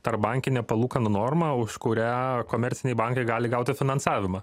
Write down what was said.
tarpbankinė palūkanų norma už kurią komerciniai bankai gali gauti finansavimą